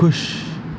खु़शि